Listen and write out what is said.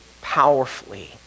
powerfully